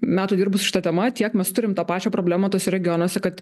metų dirbus šita tema tiek mes turim tą pačią problemą tuose regionuose kad